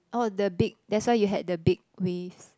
oh the big that's why you had the big waves